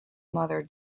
mother